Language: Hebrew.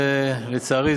לצערי,